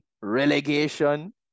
relegation